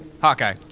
Hawkeye